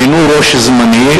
מינו ראש מועצה זמני,